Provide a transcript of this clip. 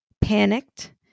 panicked